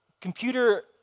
computer